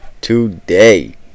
today